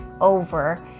over